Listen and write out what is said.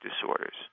disorders